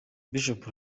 bishop